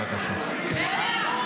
בליאק ------ תודה רבה.